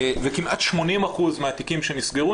וכמעט 80% מהתיקים שנסגרו,